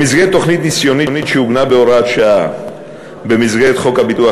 במסגרת תוכנית ניסיונית שעוגנה בהוראת שעה במסגרת חוק הביטוח